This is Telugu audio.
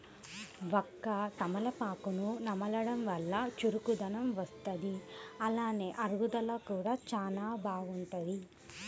వక్క, తమలపాకులను నమలడం వల్ల చురుకుదనం వత్తది, అలానే అరుగుదల కూడా చానా బాగుంటది